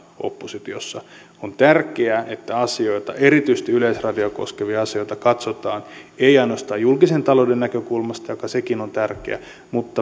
oppositiossa on tärkeää että asioita erityisesti yleisradiota koskevia asioita katsotaan ei ainoastaan julkisen talouden näkökulmasta joka sekin on tärkeä vaan